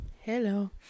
Hello